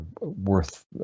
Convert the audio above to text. worth